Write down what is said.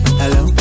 hello